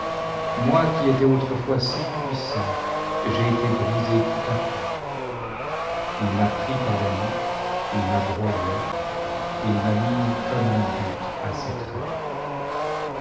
moi qui étais autrefois si puissant j'ai été brisé tout h coup il m'a pris par la nuque il m'a broyé et il m'a mis comme en butte à ses traits